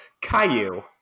Caillou